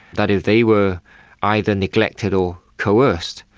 that if they were either neglected or coerced,